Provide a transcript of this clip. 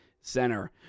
Center